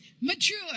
Mature